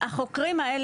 ככה הם טוענים,